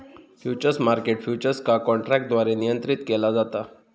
futures market futures का काँट्रॅकद्वारे नियंत्रीत केला जाता